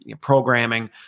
programming